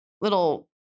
little